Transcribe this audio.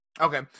Okay